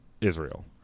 Israel